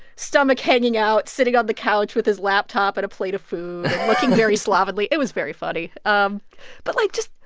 stomach hanging out, sitting on the couch with his laptop and a plate of food, looking very slovenly. it was very funny. um but, like, just,